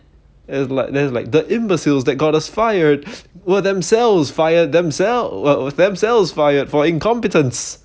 and it's like then it's like the imbeciles that got us fired were themselves fired themselves themselves fired for incompetence